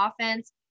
offense